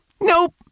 Nope